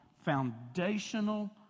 foundational